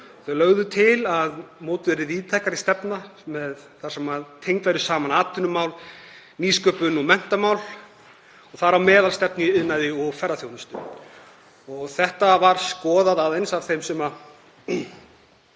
Þau lögðu til að mótuð yrði víðtækari stefna þar sem tengd væru saman atvinnumál, nýsköpun og menntamál, þar á meðal stefna í iðnaði og ferðaþjónustu. Þetta var skoðað aðeins af þeim sem